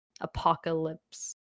apocalypse